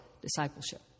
discipleship